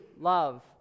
love